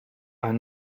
are